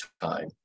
time